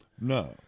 No